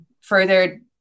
further